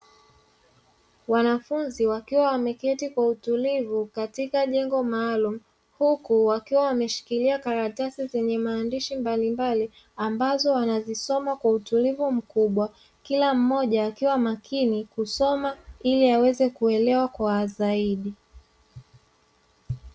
Wanafunzi wakiwa wameketi kwa utulivu katika jengo maalumu, huku wakiwa wameshikilia karatasi zenye maandishi mbalimbali ambazo wanazisoma kwa utulivu mkubwa, kila mmoja akiwa makini kusoma ili aweze kuelewa kwa zaidi.